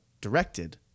directed